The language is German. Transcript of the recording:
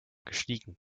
gestiegen